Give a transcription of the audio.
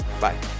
Bye